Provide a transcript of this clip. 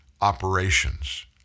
operations